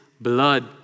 blood